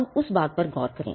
अब उस बात पर गौर करें